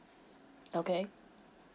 okay